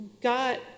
got